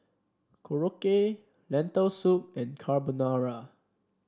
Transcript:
Korokke Lentil Soup and Carbonara